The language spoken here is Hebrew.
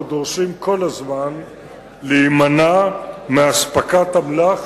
אנחנו דורשים כל הזמן להימנע מאספקת אמל"ח,